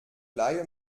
leihe